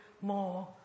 more